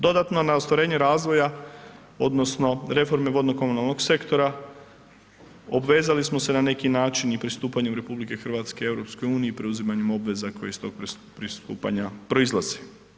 Dodatno na ostvarenje razvoja odnosno reforme vodnog komunalnog sektora obvezali smo se na neki način i pristupanjem RH EU i preuzimanjem obveza koje iz tog pristupanja proizlaze.